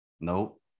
Nope